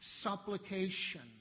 supplication